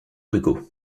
hugo